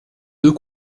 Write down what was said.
deux